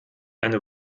eine